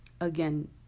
again